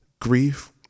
grief